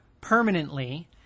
permanently